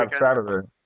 Saturday